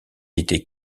était